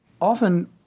often